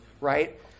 right